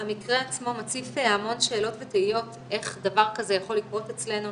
המקרה עצמו מציף המון שאלות ותהיות איך דבר כזה יכול לקרות אצלנו,